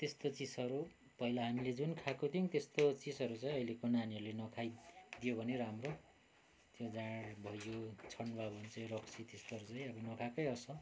त्यस्तो चिजहरू पहिला हामीले जुन खाएको थियौँ त्यस्तो चिजहरू चाहिँ अहिलेको नानीहरूले नखाइदियो भने राम्रो त्यो जाँड भयो छन्वा भन्ने चाहिँ रक्सी त्यस्तोहरू चाहिँ अब नखाएकै असल